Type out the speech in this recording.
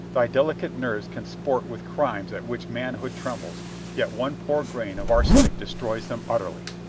thy delicate nerves can sport with crimes at which manhood trembles yet one poor grain of arsenic destroys them utterly!